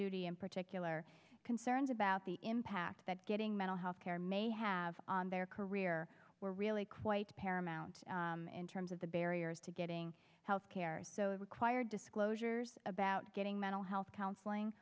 duty in particular concerned about the impact that getting mental health care may have on their career were really quite paramount in terms of the barriers to getting health care so it required disclosures about getting mental health counseling